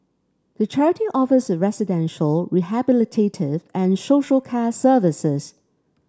the charity offers residential rehabilitative and social care services